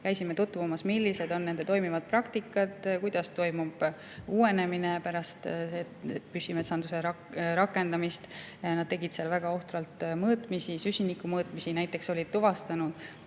Käisime tutvumas, millised on nende toimivad praktikad, kuidas toimub uuenemine pärast püsimetsanduse [põhimõtte] rakendamist. Nad tegid väga ohtralt süsinikumõõtmisi. Näiteks oli tuvastatud,